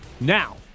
Now